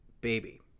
baby